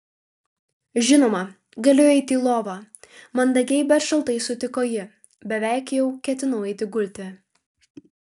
žinoma galiu eiti į lovą mandagiai bet šaltai sutiko ji beveik jau ketinau eiti gulti